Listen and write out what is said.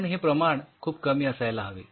पण हे प्रमाण खूप कमी असायला हवे